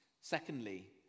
Secondly